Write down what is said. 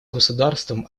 государством